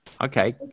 Okay